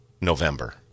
November